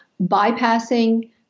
bypassing